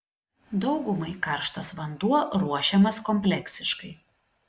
daugumai karštas vanduo ruošiamas kompleksiškai